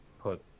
put